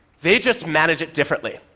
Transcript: they just manage it differently.